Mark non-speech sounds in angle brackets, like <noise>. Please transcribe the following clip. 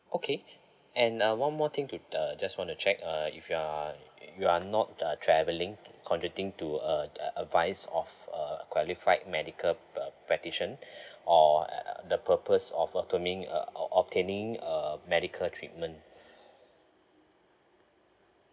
okay and uh one more thing to uh just want to check uh if you're if you are not uh travelling contracting to uh uh advice of uh qualified medical uh practition~ <breath> or uh the purpose of obtaining~ uh ob~ obtaining uh medical treatment